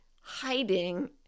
hiding